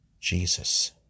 Jesus